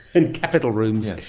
and capital rooms.